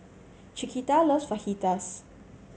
Chiquita loves Fajitas